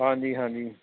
ਹਾਂਜੀ ਹਾਂਜੀ